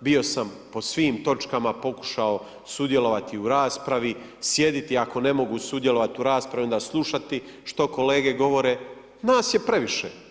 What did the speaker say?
bio sam po svim točkama, pokušao sudjelovati u raspravi, sjediti ako ne mogu sudjelovati u raspravi, onda slušati što kolege govore, nas je previše.